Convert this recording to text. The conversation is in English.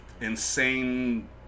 insane